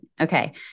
Okay